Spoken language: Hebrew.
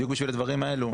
בדיוק בשביל הדברים האלו.